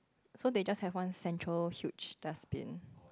so they just have one central huge dustbin